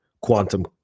quantum